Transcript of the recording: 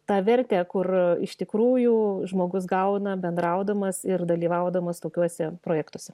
tą vertę kur iš tikrųjų žmogus gauna bendraudamas ir dalyvaudamas tokiuose projektuose